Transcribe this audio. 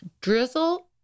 Drizzle